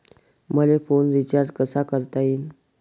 मले phone recharge कसा करता येईन?